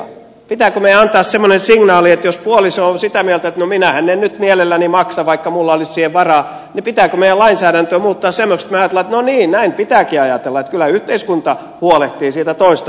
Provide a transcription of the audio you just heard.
pitääkö meidän antaa semmoinen signaali jos puoliso on sitä mieltä että no minähän en nyt mielelläni maksa vaikka minulla olisi siihen varaa pitääkö meidän lainsäädäntöä muuttaa semmoiseksi että me ajattelemme että no niin näin pitääkin ajatella että kyllä yhteiskunta huolehtii siitä toisesta puolesta